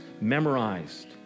memorized